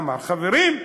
אמר: חברים,